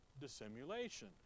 dissimulation